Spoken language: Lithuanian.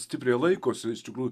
stipriai laikosi iš tikrųjų